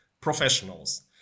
professionals